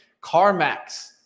CarMax